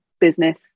business